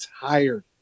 tired